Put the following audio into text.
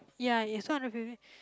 ya it's two hundred and fifty